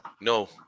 No